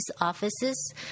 offices